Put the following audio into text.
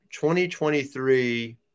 2023